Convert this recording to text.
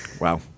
Wow